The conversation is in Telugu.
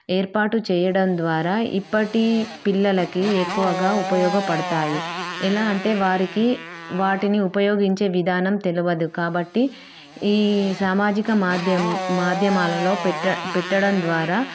ఏర్పాటు చేయడం ద్వారా ఇప్పటి పిల్లలకి ఎక్కువగా ఉపయోగపడతాయి ఎలా అంటే వారికి వాటిని ఉపయోగించే విధానం తెలియదు కాబట్టి ఈ సామాజిక మాద్యం మాధ్యమాలలో పెట్ట పెట్టడం ద్వారా